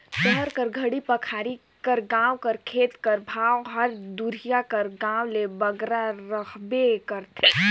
सहर कर घरी पखारी कर गाँव कर खेत कर भाव हर दुरिहां कर गाँव ले बगरा रहबे करथे